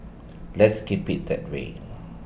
let's keep IT that way